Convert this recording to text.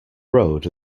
road